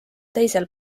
teisel